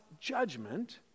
judgment